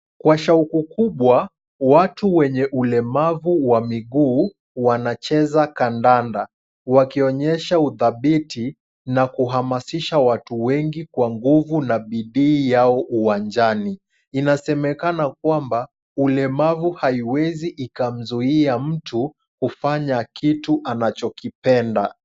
Kwa shauku kubwa, watu wenye ulemavu wa miguu wanacheza kandanda wakionyesha udhabiti na kuhamasisha watu wengi kwa nguvu na bidii yao uwanjani. Inasemekana kwamba ulemavu haiwezi ikamzuia mtu kufanya kitu anachokipenda.